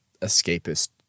escapist